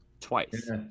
twice